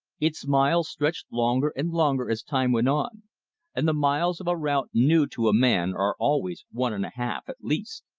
its miles stretched longer and longer as time went on and the miles of a route new to a man are always one and a half at least.